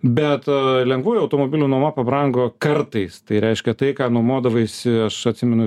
bet lengvųjų automobilių nuoma pabrango kartais tai reiškia tai ką nuomodavaisi aš atsimenu